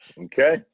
Okay